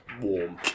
warm